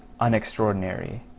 unextraordinary